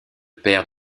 père